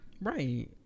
right